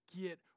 get